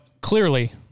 clearly